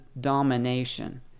domination